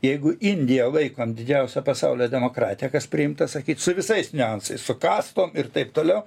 jeigu indiją laikom didžiausia pasaulio demokratija kas priimta sakyt su visais niuansais su kastom ir taip toliau